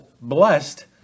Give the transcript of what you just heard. blessed